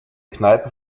kneipe